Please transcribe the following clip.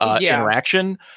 interaction